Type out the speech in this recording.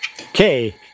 Okay